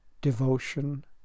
Devotion